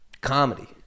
comedy